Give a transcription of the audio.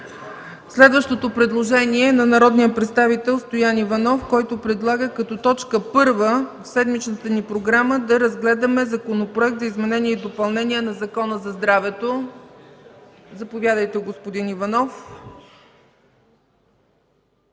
Следващото предложение е на народния представител Стоян Иванов, който предлага като т. 1 от седмичната ни програма да разгледаме Законопроект за изменение и допълнение на Закона за здравето. Заповядайте, господин Иванов.